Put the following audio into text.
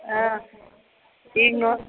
ಹಾಂ ಏನು